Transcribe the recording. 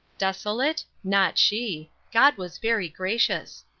desolate? not she god was very gracious.